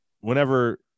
whenever